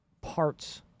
parts